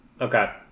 Okay